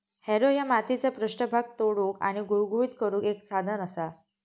Harrow ह्या मातीचो पृष्ठभाग तोडुक आणि गुळगुळीत करुक एक साधन असा